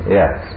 yes